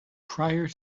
prior